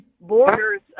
borders